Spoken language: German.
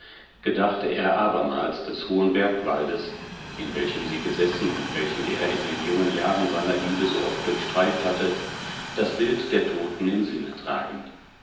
gedachte er abermals des hohen bergwaldes in welchem sie gesessen und welchen er in den jungen jahren seiner liebe so oft durchstreift hatte das bild der toten im sinne tragend